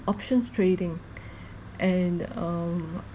options trading and um